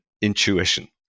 intuition